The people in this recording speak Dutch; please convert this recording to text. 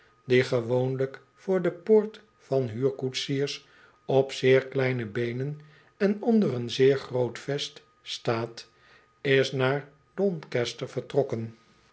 die gewoonlijk voor de poort van huurkoetsiers op zeer kleine beenen en onder een zeer groot vest staat is naar doncaster vertrokken